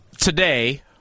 today